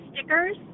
stickers